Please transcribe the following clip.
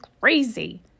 crazy